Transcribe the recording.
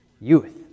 Youth